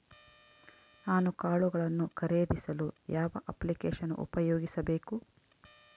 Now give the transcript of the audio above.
ನಾನು ಕಾಳುಗಳನ್ನು ಖರೇದಿಸಲು ಯಾವ ಅಪ್ಲಿಕೇಶನ್ ಉಪಯೋಗಿಸಬೇಕು?